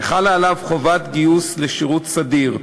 שחלה עליו חובת גיוס לשירות סדיר,